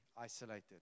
isolated